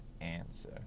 answer